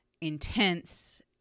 intense